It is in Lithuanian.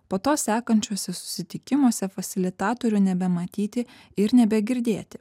po to sekančiuose susitikimuose fasilitatorių nebematyti ir nebegirdėti